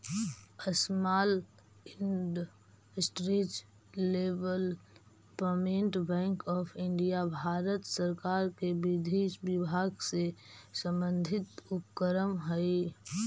small industries development bank of India Bharat सरकार के विधि विभाग से संबंधित उपक्रम हइ